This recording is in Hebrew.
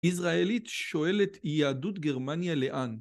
‫ישראלית שואלת יהדות גרמניה לאן.